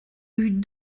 eût